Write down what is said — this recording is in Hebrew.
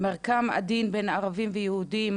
יש בו מרקם עדין בין ערבים ויהודים,